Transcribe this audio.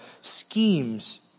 schemes